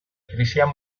krisian